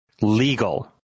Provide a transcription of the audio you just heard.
Legal